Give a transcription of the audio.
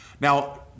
Now